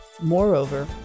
Moreover